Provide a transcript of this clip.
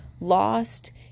lost